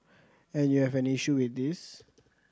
and you have an issue with this